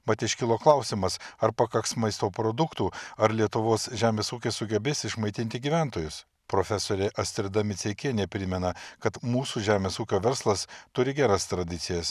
mat iškilo klausimas ar pakaks maisto produktų ar lietuvos žemės ūkis sugebės išmaitinti gyventojus profesorė astrida miceikienė primena kad mūsų žemės ūkio verslas turi geras tradicijas